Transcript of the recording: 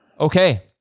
Okay